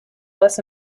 less